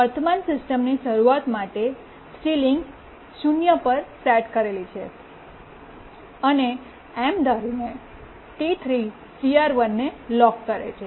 વર્તમાન સિસ્ટમની શરૂઆત માટે સીલીંગ 0 પર સેટ કરેલી છે અને એમ ધારીને T3 CR1 ને લોક કરે છે